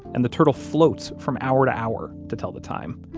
and the turtle floats from hour to hour to tell the time.